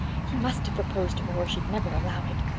he must have proposed to her or she'd never allow it.